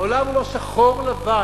העולם הוא לא שחור לבן,